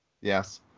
Yes